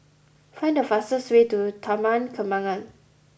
find the fastest way to Taman Kembangan